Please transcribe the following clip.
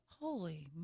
Holy